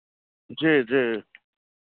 जी जी